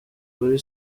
kuri